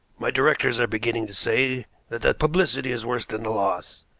my directors are beginning to say that the publicity is worse than the loss.